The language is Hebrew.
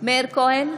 מאיר כהן,